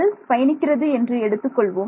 pulse பயணிக்கிறது என்று எடுத்துக்கொள்வோம்